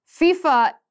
FIFA